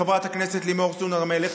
חברת הכנסת לימור סון הר מלך,